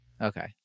Okay